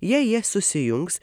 jei jie susijungs